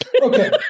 Okay